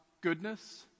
goodness